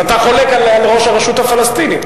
אז אתה חולק על ראש הרשות הפלסטינית.